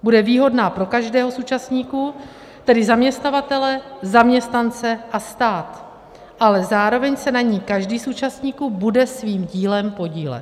Bude výhodná pro každého z účastníků, tedy zaměstnavatele, zaměstnance a stát, ale zároveň se na ní každý z účastníků bude svým dílem podílet.